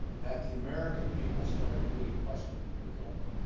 that the american people started really questioning their government